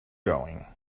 going